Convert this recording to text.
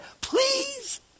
Please